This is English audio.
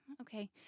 okay